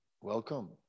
welcome